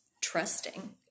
trusting